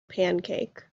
pancake